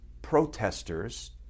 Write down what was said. protesters